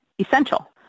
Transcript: essential